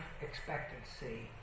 expectancy